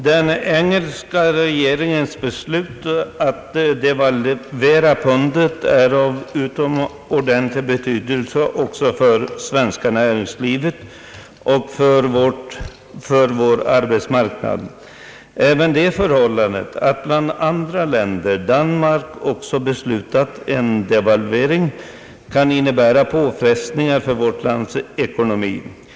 Herr talman! Det höga kostnadsläget i vårt land har lett till stora svårigheter för det svenska näringslivet i den internationella konkurrensen. Sågverksindustrin tillhör de branscher inom vilka problemen visat sig vara mest omfattande. Det redan prekära läget har accentuerats av den nyligen företagna devalveringen av det engelska pundet. Härigenom försvåras den svenska exporten till Storbritannien.